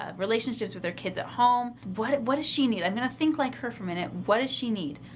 ah relationships with their kids at home, what what does she need? i'm going to think like her for a minute. what does she need?